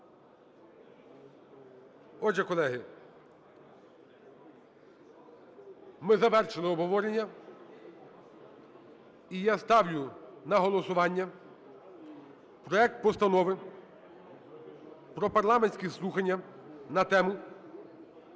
Отже, колеги, ми завершили обговорення і я ставлю на голосування проект Постанови про парламентські слухання на тему: